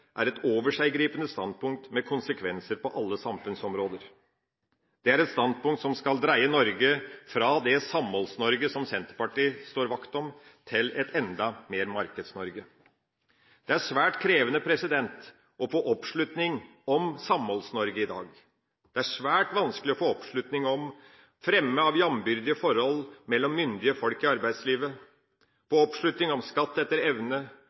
er et overseggripende standpunkt med konsekvenser på alle samfunnsområder. Det er et standpunkt som skal dreie Norge fra det Samholds-Norge som Senterpartiet står vakt om, til et enda mer Markeds-Norge. Det er svært krevende å få oppslutning om Samholds-Norge i dag. Det er svært vanskelig å få oppslutning om fremme av jambyrdige forhold mellom myndige folk i arbeidslivet, få oppslutning om skatt etter evne,